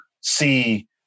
see